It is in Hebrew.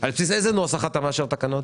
על בסיס איזה נוסח אתה מאשר את התקנות?